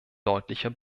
deutlicher